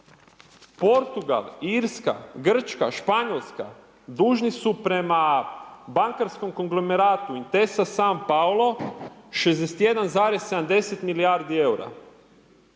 Portugal, Irska, Grčka, Španjolska, dužni su prema bankarskom konglomeratu Intesa Sanpaolo 61,70 milijardi EUR-a.